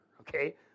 okay